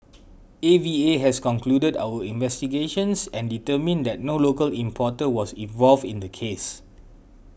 A V A has concluded our investigations and determined that no local importer was involved in the case